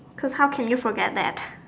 cause how can you forget that